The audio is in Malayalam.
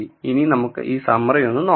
ഇനി നമുക്ക് ഈ സമ്മറി ഒന്ന് നോക്കാം